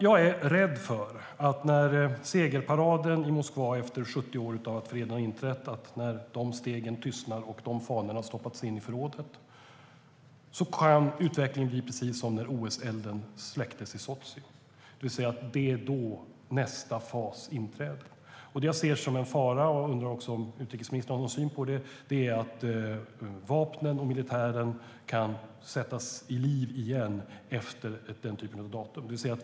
Jag är rädd för att utvecklingen, när stegen och fanorna i segerparaden i Moskva för att det har gått 70 år sedan freden inträdde har tystnat respektive stoppats in i förrådet, kan bli precis som när OS-elden släcktes i Sotji. Då inträder nästa fas. Det som jag ser som en fara och som jag också undrar om utrikesministern har någon syn på är att vapnen och militären kan sättas in igen efter ett sådant datum.